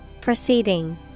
Proceeding